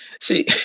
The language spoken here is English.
See